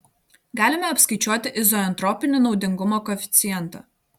galime apskaičiuoti izoentropinį naudingumo koeficientą